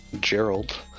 Gerald